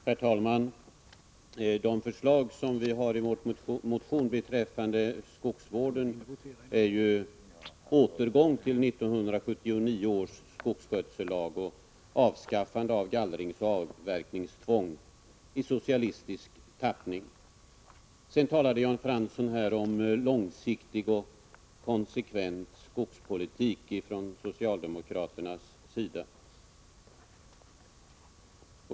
Herr talman! Vad vi föreslår i vår motion beträffande skogsvården är ju en återgång till 1979 års skogsskötsellag och avskaffande av gallringsoch avverkningstvång i socialistisk tappning. Jan Fransson talade om långsiktig och konsekvent skogspolitik från socialdemokraternas sida.